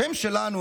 השם שלנו,